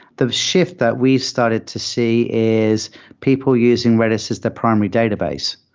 the shift that we started to see is people using redis as the primary database.